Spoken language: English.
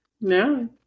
no